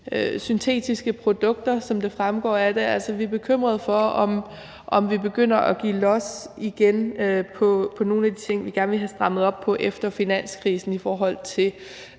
syntetiske produkter, som fremgår af det her. Altså, vi er bekymrede for, om vi igen begynder at give los med hensyn til nogle af de ting, vi gerne ville have strammet op på efter finanskrisen i forhold til